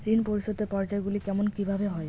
ঋণ পরিশোধের পর্যায়গুলি কেমন কিভাবে হয়?